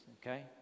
okay